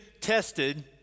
tested